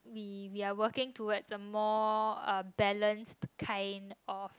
we we are working towards a more uh balanced kind of